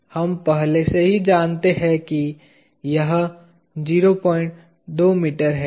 हम पहले से ही जानते हैं कि यह 02 मीटर है